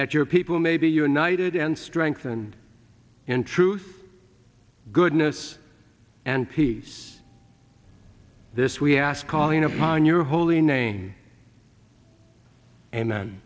that your people may be united and strength and in truth goodness and peace this we ask calling upon your holy name and then